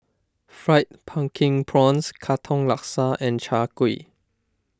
Fried Pumpkin Prawns Katong Laksa and Chai Kuih